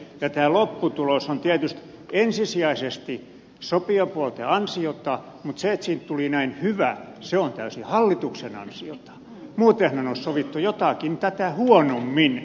tämä lopputulos on tietysti ensisijaisesti sopijapuolten ansiota mutta se että siitä tuli näin hyvä on täysin hallituksen ansiota muutenhan olisi sovittu jotakin tätä huonommin